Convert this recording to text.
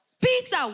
Peter